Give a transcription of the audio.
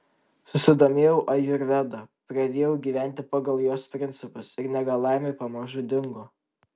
susidomėjau ajurveda pradėjau gyventi pagal jos principus ir negalavimai pamažu dingo